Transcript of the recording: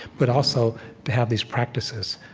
but also to have these practices.